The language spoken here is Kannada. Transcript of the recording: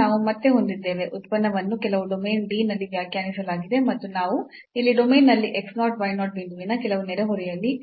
ನಾವು ಮತ್ತೆ ಹೊಂದಿದ್ದೇವೆ ಉತ್ಪನ್ನವನ್ನು ಕೆಲವು ಡೊಮೇನ್ D ನಲ್ಲಿ ವ್ಯಾಖ್ಯಾನಿಸಲಾಗಿದೆ ಮತ್ತು ನಾವು ಇಲ್ಲಿ ಡೊಮೇನ್ನಲ್ಲಿ x 0 y 0 ಬಿಂದುವಿನ ಕೆಲವು ನೆರೆಹೊರೆಯಲ್ಲಿn